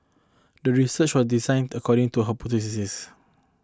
the research was designed according to her hypothesis